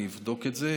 אני אבדוק את זה.